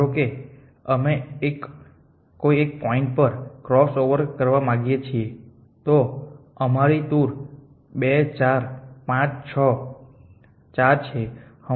ધારો કે અમે એક કોઈ એક પોઇન્ટ પર ક્રોસઓવર કરવા માંગીએ છીએ તો અમારી ટૂર 2 4 5 6 4 છે